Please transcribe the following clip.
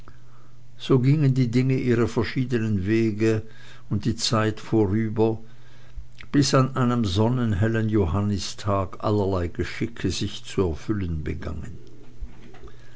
so gingen die dinge ihre verschiedenen wege und die zeit vorüber bis an einem sonnenhellen johannistag allerlei geschicke sich zu erfüllen begannen